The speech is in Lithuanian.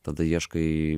tada ieškai